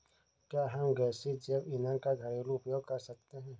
क्या हम गैसीय जैव ईंधन का घरेलू उपयोग कर सकते हैं?